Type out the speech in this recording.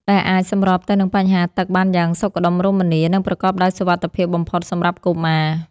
ដែលអាចសម្របទៅនឹងបញ្ហាទឹកបានយ៉ាងសុខដុមរមនា និងប្រកបដោយសុវត្ថិភាពបំផុតសម្រាប់កុមារ។